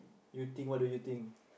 you think what do you think